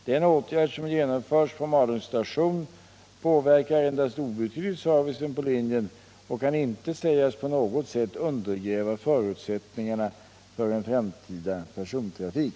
Den åtgärd som genomförts på Malungs station påverkar endast obetydligt servicen på linjen och kan inte sägas på något sätt undergräva förutsättningarna för en framtida persontrafik.